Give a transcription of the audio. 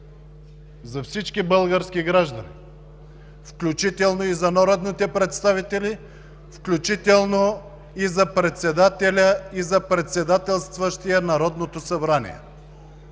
за всички български граждани, включително и за народните представители, включително и за председателя, и за председателстващия Народното събрание.